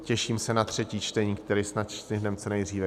Těším se na třetí čtení, které snad stihneme co nejdříve.